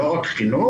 לא רק חינוך,